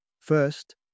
First